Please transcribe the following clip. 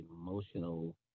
emotional